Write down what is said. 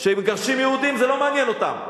תבקש, כשמגרשים יהודים זה לא מעניין אותם.